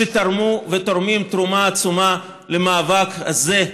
שתרמו ותורמים תרומה עצומה למאבק הזה,